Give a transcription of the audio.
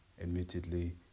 admittedly